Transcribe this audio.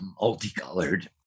multicolored